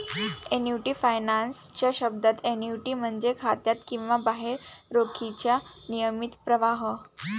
annuity finance च्या शब्दात, annuity म्हणजे खात्यात किंवा बाहेर रोखीचा नियमित प्रवाह